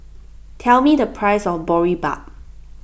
tell me the price of Boribap